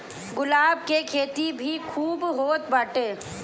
गुलाब के खेती भी खूब होत बाटे